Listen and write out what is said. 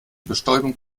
bestäubung